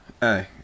hey